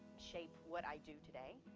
shape what i do today,